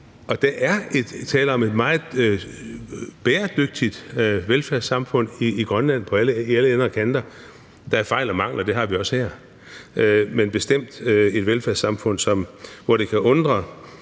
tale om et meget bæredygtigt velfærdssamfund i Grønland i alle ender og kanter. Der er fejl og mangler, og det har vi også her, men det er bestemt et velfærdssamfund, og det kan undre,